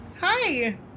Hi